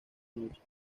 noche